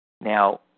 Now